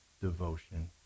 devotion